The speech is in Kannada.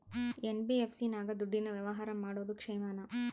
ಎನ್.ಬಿ.ಎಫ್.ಸಿ ನಾಗ ದುಡ್ಡಿನ ವ್ಯವಹಾರ ಮಾಡೋದು ಕ್ಷೇಮಾನ?